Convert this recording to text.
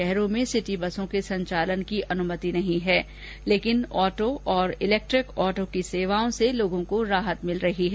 शहरों में सिटी बसों के संचालन को अनुमति नहीं है लेकिन ऑटो और इलेक्ट्रिक ऑटो की सेवाओं से लोगों को राहत मिल रही है